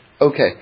Okay